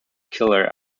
killer